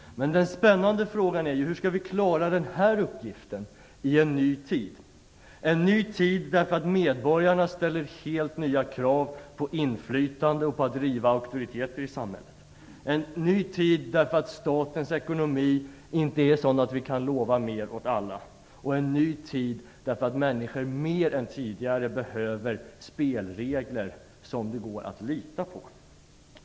Den spännande frågan är hur vi skall klara den uppgiften i en ny tid. Det är en ny tid därför att medborgarna ställer helt nya krav på inflytande och på att riva auktoriteter i samhället. Det är en ny tid därför att statens ekonomi inte är sådan att vi kan lova mer åt alla, och en ny tid därför att människor mer är tidigare behöver spelregler som det går att lita på.